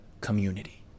community